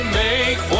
make